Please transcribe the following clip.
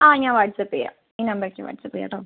ആ ഞാൻ വാട്ട്സപ്പ് ചെയ്യാം ഈ നമ്പറേക്ക് വാട്ട്സപ്പ് ചെയ്യാട്ടോ